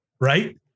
Right